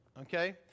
okay